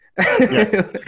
Yes